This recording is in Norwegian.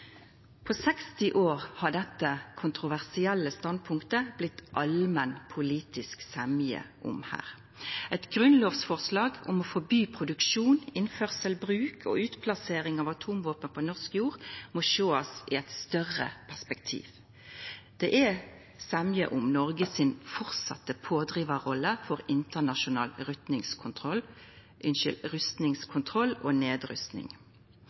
60 år har det vore allmenn politisk semje om dette kontroversielle standpunktet. Eit grunnlovsforslag om å forby produksjon, innførsel, bruk og utplassering av atomvåpen på norsk jord må sjåast i eit større perspektiv. Det er semje om at Noreg framleis skal ha ei pådrivarrolle for internasjonal rustingskontroll og nedrusting.